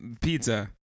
pizza